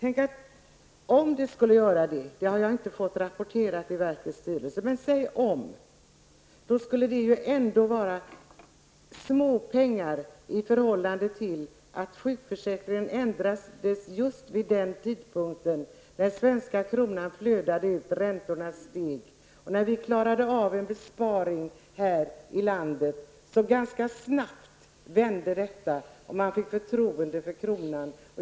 Jag har inte i verkets styrelse fått rapporter om detta, men om det skulle vara så skulle det ändå vara småpengar i förhållande till att sjukförsäkringen ändrades just vid den tidpunkt då svenska kronan flödade ut och räntorna steg. När vi här i landet klarade av en besparing vände detta ganska snabbt, och man fick förtroende för kronan.